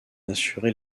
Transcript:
assurer